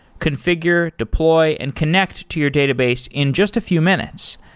configure, deploy, and connect to your database in just a few minutes.